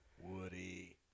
Woody